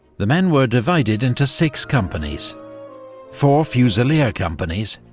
the men were divided into six companies four fusilier companies,